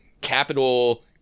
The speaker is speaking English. capital